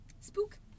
spook